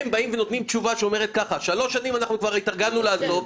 הם נותנים תשובה שאומרת ככה: שלוש שנים אנחנו כבר התארגנו לעזוב,